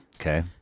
Okay